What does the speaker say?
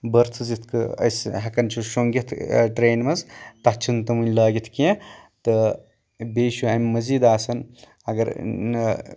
بٔرتھس یِتھۍ کٲٹھۍ أسۍ ہٮ۪کان چھِ شُنٛگِتھ ٹرینہِ منٛز تَتھ چھِ نہٕ تم وُنۍ لٲگِتھ کیٚنٛہہ تہٕ بیٚیہِ چھِ اَمہِ مٔزیٖد آسان اَگر